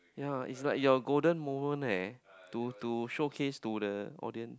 ya it's like your golden moment eh to to showcase to the audience